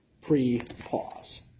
pre-pause